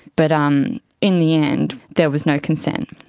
but um in the end there was no consent,